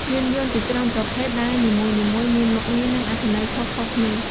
មានយ័ន្តជាច្រើនប្រភេទ ដែលនីមួយៗមានមុខងារ និងអត្ថន័យខុសៗគ្នា។